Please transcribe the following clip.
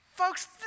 Folks